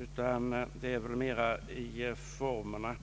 utan mera när det gäller formerna.